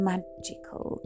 Magical